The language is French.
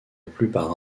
plupart